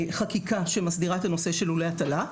חקיקה שמסדירה את הנושא של לולי הטלה.